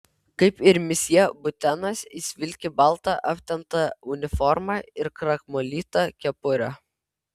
kaip ir misjė butenas jis vilki baltą aptemptą uniformą ir krakmolytą kepurę